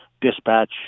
dispatch